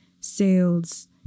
sales